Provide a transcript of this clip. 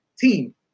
team